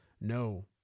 No